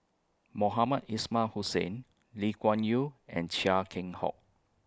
Mohamed Ismail Hussain Lee Kuan Yew and Chia Keng Hock